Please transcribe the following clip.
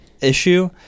issue